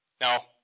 Now